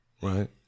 Right